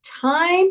time